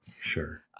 sure